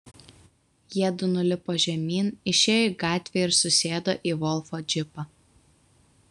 jiedu nulipo žemyn išėjo į gatvę ir susėdo į volfo džipą